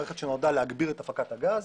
מערכת שנועדה להגביר את הפקת הגז.